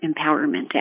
empowerment